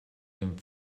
dem